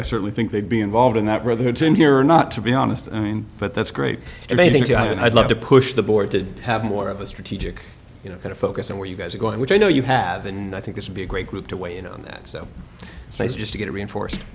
i certainly think they'd be involved in that whether it's in here or not to be honest i mean but that's great and i think i'd like to push the board did have more of a strategic you know kind of focus on where you guys are going which i know you have and i think it would be a great group to weigh in on that so it's nice just to get a reinforced